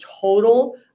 total